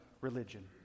religion